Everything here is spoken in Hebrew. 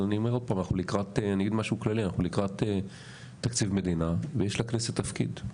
אבל אנחנו לקראת תקציב מדינה ויש לכנסת תפקיד.